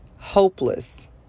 hopeless